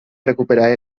recuperava